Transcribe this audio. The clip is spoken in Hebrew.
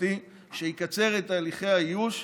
משפטי שיקצר את תהליכי האיוש,